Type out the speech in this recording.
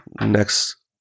next